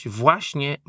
właśnie